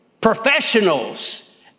Professionals